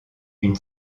une